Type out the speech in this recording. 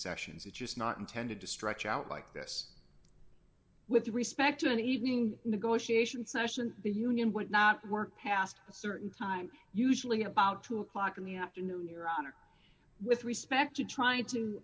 sessions it's just not intended to stretch out like this with respect to an evening negotiation session the union would not work past a certain time usually at about two o'clock in the afternoon your honor with respect to trying to